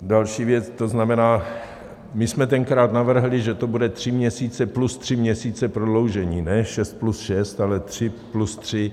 Další věc, to znamená, my jsme tenkrát navrhli, že to bude tři měsíce plus tři měsíce prodloužení, ne šest plus šest, ale tři plus tři.